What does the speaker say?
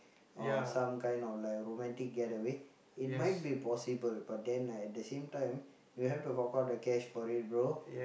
or some kind of like romantic getaway it might be possible but then like at the same time you have to fork out the cash for it bro